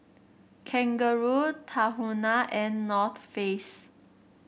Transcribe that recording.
Kangaroo Tahuna and North Face